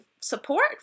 support